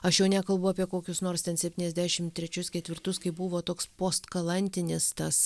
aš jau nekalbu apie kokius nors ten septyniasešim trečius ketvirtus kai buvo toks postkalantinis tas